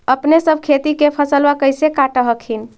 अपने सब खेती के फसलबा कैसे काट हखिन?